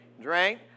Drink